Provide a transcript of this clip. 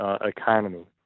economy